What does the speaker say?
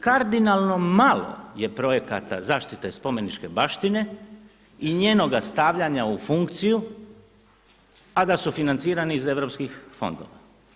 Kardinalno malo je projekata zaštite spomeničke baštine i njenoga stavljanja u funkciju, a da su financirani iz EU fondova.